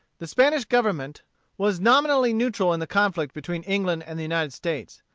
the spanish government was nominally neutral in the conflict between england and the united states.